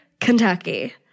Kentucky